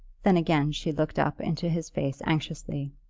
then again she looked up into his face anxiously.